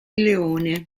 leone